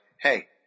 hey